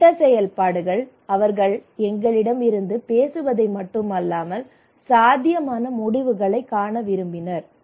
திட்ட செயல்படுத்தல்கள் அவர்கள் எங்களிடமிருந்து பேசுவதை மட்டுமல்லாமல் சாத்தியமான முடிவுகளைக் காண விரும்பினர்